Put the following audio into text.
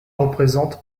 représente